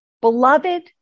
Beloved